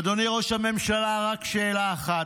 אדוני ראש הממשלה, רק שאלה אחת: